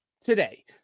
today